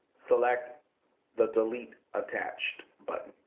select the delete attached button.